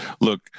Look